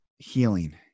healing